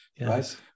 Yes